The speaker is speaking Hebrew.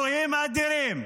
אלוהים אדירים.